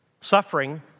Suffering